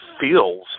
feels